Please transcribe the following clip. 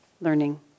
learning